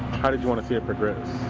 how did you want to see it progress?